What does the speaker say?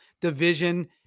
Division